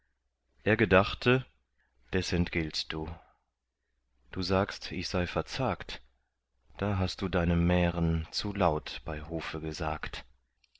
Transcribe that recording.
er gedachte des entgiltst du du sagst ich sei verzagt da hast du deine mären zu laut bei hofe gesagt